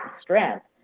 strength